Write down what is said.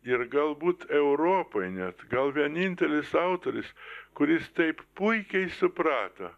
ir galbūt europoj net gal vienintelis autorius kuris taip puikiai suprato